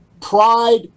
pride